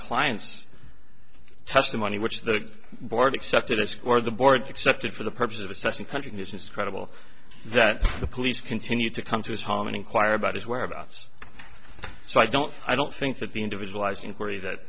client's testimony which the board accepted risk or the board accepted for the purpose of assessing country his is credible that the police continued to come to his home and inquire about his whereabouts so i don't i don't think that the individualized inquiry that